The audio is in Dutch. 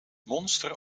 monster